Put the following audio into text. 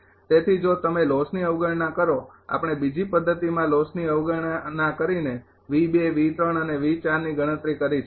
તેથી જો તમે લોસની અવગણના કરો આપણે બીજી પદ્ધતિમાં લોસની અવગણના કરી ને અને ની ગણતરી કરી છે